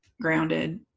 grounded